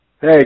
Hey